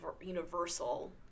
universal